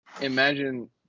imagine